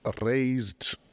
raised